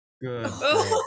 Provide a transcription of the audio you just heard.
good